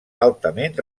altament